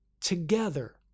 together